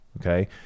okay